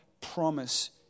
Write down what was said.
promise